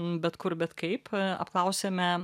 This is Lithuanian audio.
bet kur bet kaip apklausėme